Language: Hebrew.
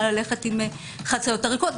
נא ללכת עם חצאיות ארוכות,